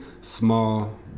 small